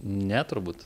ne turbūt